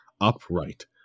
upright